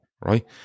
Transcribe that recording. right